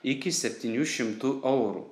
iki septynių šimtų eurų